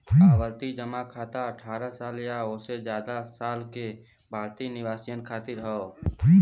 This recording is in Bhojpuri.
आवर्ती जमा खाता अठ्ठारह साल या ओसे जादा साल के भारतीय निवासियन खातिर हौ